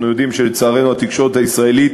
אנחנו יודעים, לצערנו, התקשורת הישראלית